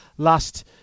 last